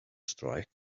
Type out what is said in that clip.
strike